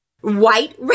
White